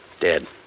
Dead